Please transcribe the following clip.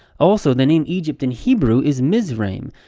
also, the name egypt in hebrew is mizraim.